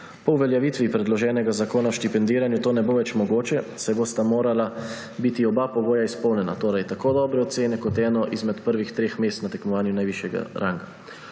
Po uveljavitvi predloženega zakona o štipendiranju to ne bo več mogoče, saj bosta morala biti oba pogoja izpolnjena, torej tako dobre ocene kot eno izmed prvih treh mest na tekmovanju najvišjega ranga.